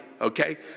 Okay